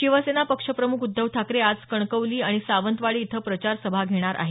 शिवसेना पक्ष प्रमुख उद्धव ठाकरे आज कणकवली आणि सावंतवाडी इथं प्रचार सभा घेतील